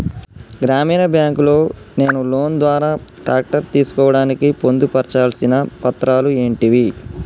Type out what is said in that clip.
గ్రామీణ బ్యాంక్ లో నేను లోన్ ద్వారా ట్రాక్టర్ తీసుకోవడానికి పొందు పర్చాల్సిన పత్రాలు ఏంటివి?